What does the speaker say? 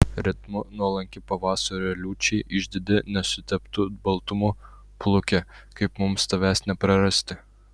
ritmu nuolanki pavasario liūčiai išdidi nesuteptu baltumu pluke kaip mums tavęs neprarasti